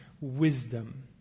wisdom